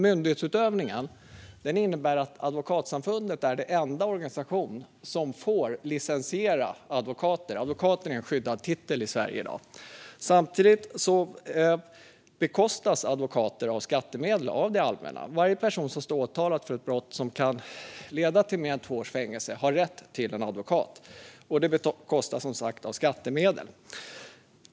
Myndighetsutövningen handlar om att Advokatsamfundet är den enda organisation som får licensiera advokater. Advokat är en skyddad titel i Sverige i dag. Samtidigt bekostas advokater av skattemedel från det allmänna. Varje person som står åtalad för ett brott som kan leda till mer än två års fängelse har rätt till en advokat, och det bekostas som sagt av skattemedel.